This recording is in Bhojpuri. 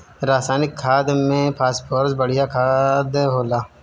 रासायनिक खाद में फॉस्फोरस बढ़िया खाद होला